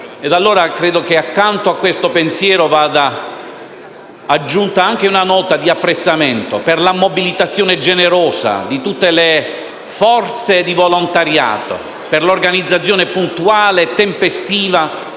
feriti e credo che, accanto a questo pensiero, vada aggiunta anche una nota di apprezzamento per la mobilitazione generosa di tutte le forze di volontariato e per l'organizzazione puntuale e tempestiva